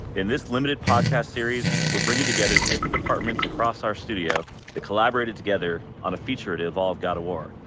in this limited podcast series we're bringing together different departments across our studio that collaborated together on a feature to evolve god of war.